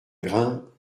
grain